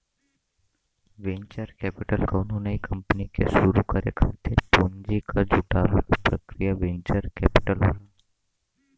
venture capital कउनो नई company के शुरू करे खातिर पूंजी क जुटावे क प्रक्रिया वेंचर कैपिटल होला